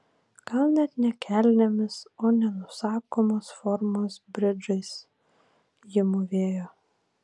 gal net ne kelnėmis o nenusakomos formos bridžais ji mūvėjo